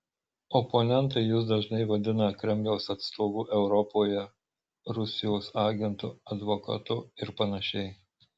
oponentai jus dažnai vadina kremliaus atstovu europoje rusijos agentu advokatu ir panašiai